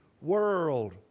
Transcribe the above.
world